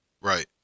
Right